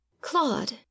claude